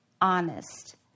honest